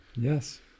yes